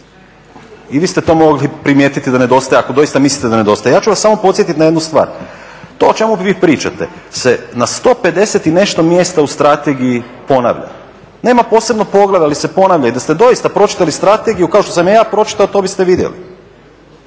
i vi ste to mogli primijetiti da nedostaje ako doista mislite da nedostaje. Ja ću vas samo podsjetiti na jednu stvar, to o čemu vi pričate se na 150 i nešto mjesta u strategiji ponavlja. Nema posebnog poglavlja ali se ponavlja. I da ste doista pročitali strategiju kao što sam je ja pročitao to biste vidjeli